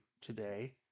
today